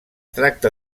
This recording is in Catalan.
tracta